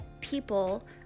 people